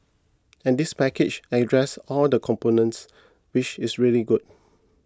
and this package addresses all the components which is really good